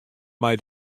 mei